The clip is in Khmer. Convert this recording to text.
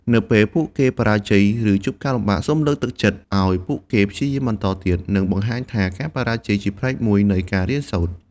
នៅពេលពួកគេបរាជ័យ ឬជួបការលំបាក សូមលើកទឹកចិត្តឲ្យពួកគេព្យាយាមបន្តទៀត និងបង្ហាញថាការបរាជ័យជាផ្នែកមួយនៃការរៀនសូត្រ។